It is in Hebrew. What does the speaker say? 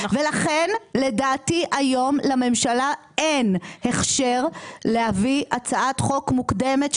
ולכן לדעתי היום לממשלה אין הכשר להביא הצעת חוק מוקדמת,